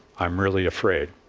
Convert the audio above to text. i'm really afraid,